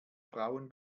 frauen